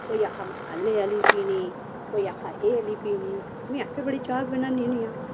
कोई आखै मसाले आह्ली पीनी कोई आख एह् आह्ली पीनी मी आपें बड़ी चा बनान्नी होन्नी आं